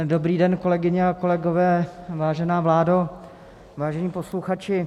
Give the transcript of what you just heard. Dobrý den, kolegyně a kolegové, vážená vládo, vážení posluchači.